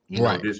Right